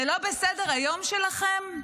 זה לא בסדר-היום שלכם?